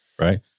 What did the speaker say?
right